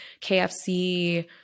KFC